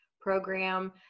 program